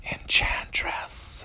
Enchantress